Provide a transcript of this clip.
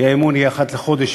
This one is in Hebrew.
האי-אמון יהיה אחת לחודש,